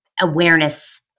awareness